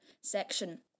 section